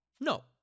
No